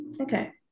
Okay